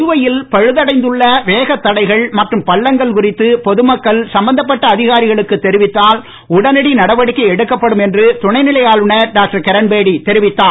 புதுவையில் பழுது அடைந்துள்ள வேகத் தடைகள் மற்றும் பள்ளங்கள் குறித்து பொதுமக்கள் சம்பந்தப்பட்ட அதிகாரிகளுக்கு தெரிவித்தாள் உடனடி நடவடிக்கை எடுக்கப்படும் என்று துணைநிலை ஆளுநர் டாக்டர் கிரண்பேடி தெரிவித்தார்